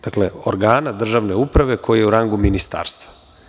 Dakle, organa državne uprave koji je u rangu Ministarstva.